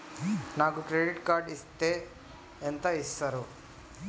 నాకు credit card ఇస్తే ఎంత ఇస్తరు?